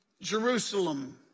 Jerusalem